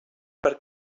per